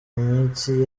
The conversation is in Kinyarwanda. mitsi